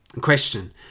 Question